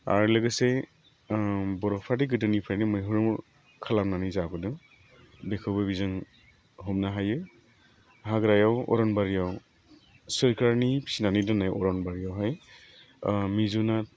आरो लोगोसे बर'फ्रा दे गोदोनिफ्रायनो मैहुर खालामनानै जाबोदों बेखौबो बिजों हमनो हायो हाग्रायाव अरन बारियाव सरकारनि फिनानै दोन्नाय अरन बारियावहाय मि जुनाद